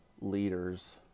leaders